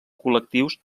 col·lectius